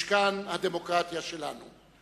משכן הדמוקרטיה שלנו.